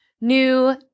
new